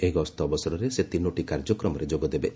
ଏହି ଗସ୍ତ ଅବସରରେ ସେ ତିନୋଟି କାର୍ଯ୍ୟକ୍ରମରେ ଯୋଗଦେବେ